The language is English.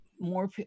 More